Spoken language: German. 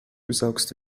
saugst